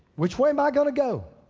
which way am i gonna go?